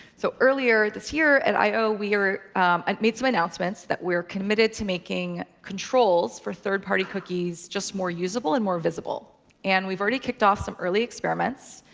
so earlier this year, at i o, i've and made some announcements that we're committed to making controls for third-party cookies just more usable and more visible. and we've already kicked off some early experiments.